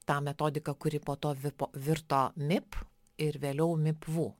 tą metodiką kuri po to vipo virto mip ir vėliau mipvu